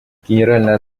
генеральная